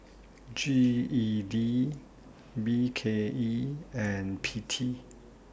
G E D B K E and P T